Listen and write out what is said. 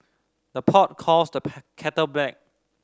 the pot calls the kettle black